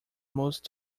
most